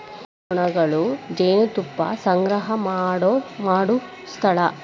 ಜೇನುನೊಣಗಳು ಜೇನುತುಪ್ಪಾ ಸಂಗ್ರಹಾ ಮಾಡು ಸ್ಥಳಾ